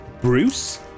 Bruce